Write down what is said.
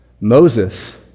Moses